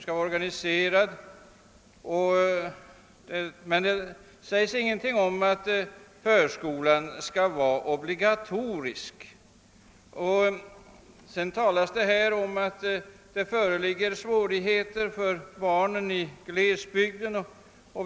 Däremot sägs ingenting om att förskolan skall vara obligatorisk. Det har också sagts att det föreligger svårigheter för barnen i glesbygderna.